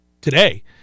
today